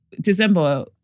December